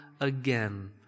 again